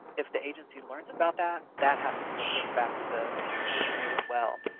if the agency learns about that, that has to be reported back to the the inmate as well.